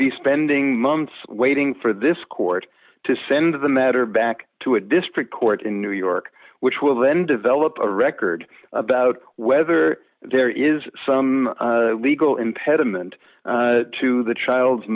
be spending months waiting for this court to send the matter back to a district court in new york which will then develop a record about whether there is some legal impediment to the child's